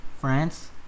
France